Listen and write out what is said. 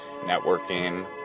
networking